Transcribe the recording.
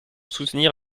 soutenir